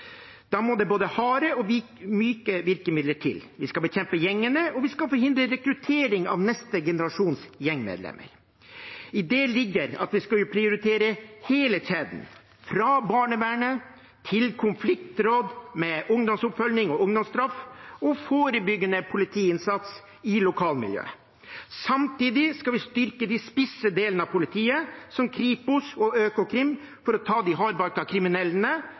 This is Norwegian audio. Da må det både harde og myke virkemidler til. Vi skal bekjempe gjengene, og vi skal forhindre rekruttering av neste generasjons gjengmedlemmer. I det ligger at vi skal prioritere hele kjeden – fra barnevern til konfliktråd med ungdomsoppfølging og ungdomsstraff og forebyggende politiinnsats i lokalmiljøet. Samtidig skal vi styrke de spisse delene av politiet, som Kripos og Økokrim, for å ta de